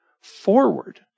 forward